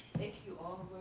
you all